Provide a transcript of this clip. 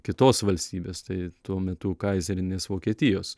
kitos valstybės tai tuo metu kaizerinės vokietijos